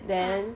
mmhmm